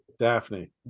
Daphne